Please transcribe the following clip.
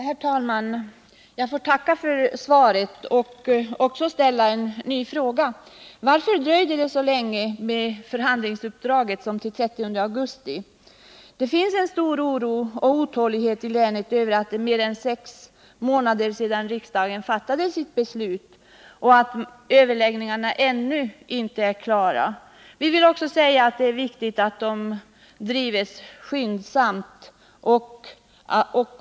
Herr talman! Jag får tacka för svaret på frågan, och jag vill också ställa en ny sådan: Varför dröjde det så länge med förhandlingsuppdraget som till den 30 augusti? Det finns i länet en stor oro och otålighet över att det är mer än sex månader sedan riksdagen fattade sitt beslut och över att överläggningarna ännu inte är klara. Jag vill också säga att det är viktigt att de drivs skyndsamt.